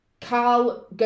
Carl